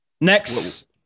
Next